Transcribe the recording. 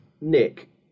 Nick